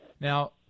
Now